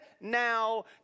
now